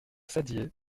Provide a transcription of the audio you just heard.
saddier